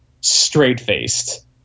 straight-faced